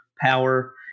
power